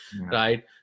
right